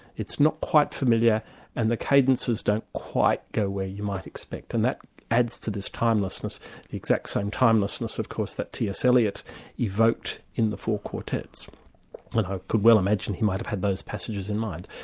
it's not quite familiar and the cadences don't quite go where you might expect, and that adds to this timelessness, the exact same timelessness of course that t. s. eliot evoked in the four quartets. i could well imagine he might have had those passages in mind.